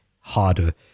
harder